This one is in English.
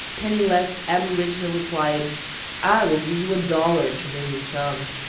penniless aboriginal replied i will give you a dollar to bring me some.